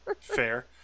Fair